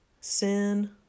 sin